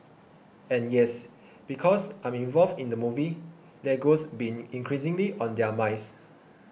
and yes because I'm involved in the movie Lego's been increasingly on their minds